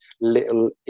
little